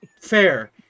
Fair